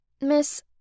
Miss